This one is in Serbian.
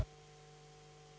Hvala.